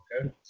Okay